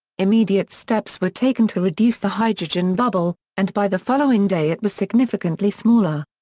immediate steps were taken to reduce the hydrogen bubble, and by the following day it was significantly smaller.